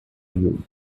you